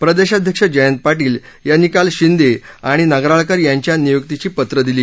प्रदेशाध्यक्ष जयंत पाटील काल शिंदे आणि नगराळकरयांना नियुक्तीची पत्रं दिली